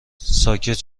ساکت